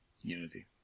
Unity